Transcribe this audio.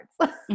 cards